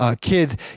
kids